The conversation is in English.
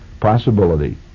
possibility